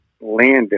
landed